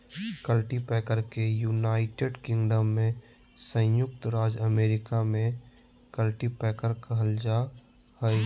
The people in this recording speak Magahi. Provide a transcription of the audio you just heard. कल्टीपैकर के यूनाइटेड किंगडम में संयुक्त राज्य अमेरिका में कल्टीपैकर कहल जा हइ